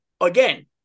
again